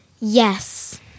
Yes